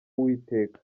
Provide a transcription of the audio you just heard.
w’uwiteka